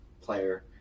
player